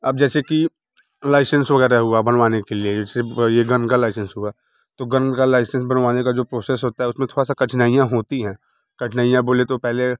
अब जैसे कि लाइसेंस वग़ैरह हुआ बनवाने के लिए जैसे ये गन का लाइसेंस हुआ तो गन का लाइसेंस बनवाने का जो प्रोसेस होता है उसमें थोड़ा सी कठिनाइयाँ होती हैं कठिनाइयाँ बोले तो पहले